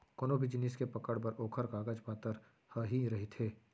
कोनो भी जिनिस के पकड़ बर ओखर कागज पातर ह ही रहिथे